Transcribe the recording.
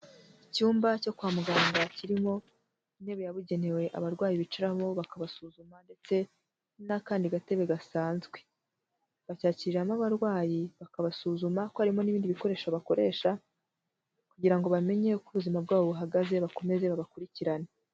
Icyumba cyo kwa muganga, kirimo intebe yabugenewe abarwayi bicaramo, bakabasuzuma ndetse n'akandi gatebe gasanzwe, bacyakiriramo abarwayi bakabasuzuma, ko harimo n'ibindi bikoresho bakoresha, kugira ngo bamenye uko ubuzima bwabo buhagaze bakomeze babakurikirane.